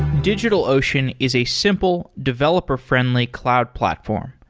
digitalocean is a simple, developer-friendly cloud platform.